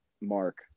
Mark